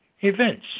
events